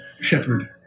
Shepherd